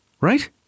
Right